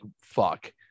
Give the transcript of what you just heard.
fuck